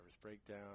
Breakdown